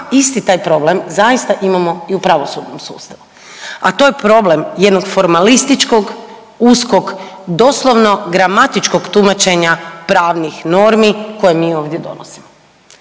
isti taj problem zaista imamo i u pravosudnom sustavu. A to je problem jednog formalističkog, uskog doslovno gramatičkog tumačenja pravnih normi koje mi ovdje donosimo.